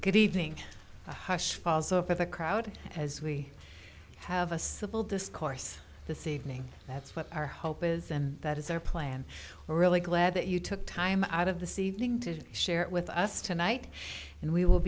good evening a hush falls off of the crowd as we have a civil discourse the saving that's what our hope is and that is our plan we're really glad that you took time out of the seedling to share it with us tonight and we will